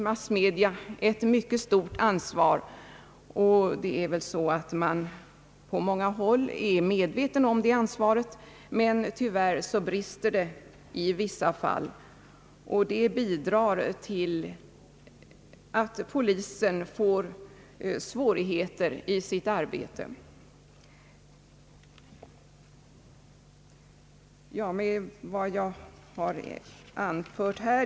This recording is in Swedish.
Massmedia har här ett mycket stort ansvar. På många håll är man väl medveten om det ansvaret, men tyvärr finns det brister i vissa avseenden, och det bidrar till att polisen får svårigheter i sitt arbete.